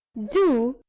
do!